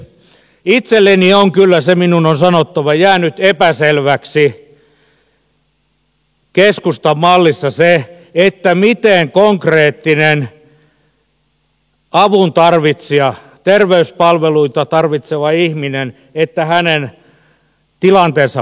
itselleni on kyllä se minun on sanottava jäänyt epäselväksi keskustan mallissa se miten konkreettisen avuntarvitsijan terveyspalveluita tarvitsevan ihmisen tilanne paranisi